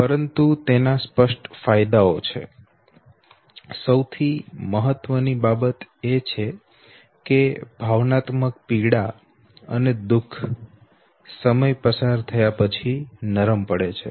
પરંતુ તેના સ્પષ્ટ ફાયદાઓ છે સૌથી મહત્વની બાબત એ છે કે ભાવનાત્મક પીડા અને દુખ સમય પસાર થયા પછી નરમ પડે છે